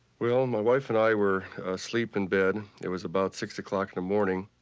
well, my wife and i were asleep in bed. it was about six o'clock in the morning.